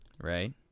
Right